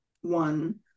one